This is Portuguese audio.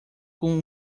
com